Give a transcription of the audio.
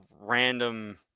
random